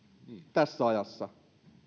tässä ajassa